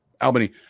Albany